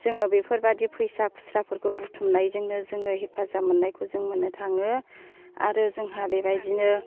जोङो बेफोरबायदि फैसा खुस्राफोरखौ बुथुमनायजोंनो जोङो हेफाजाब मोननायखौ जों मोननो थाङो आरो जोंहा बेबायदिनो